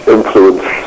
Influence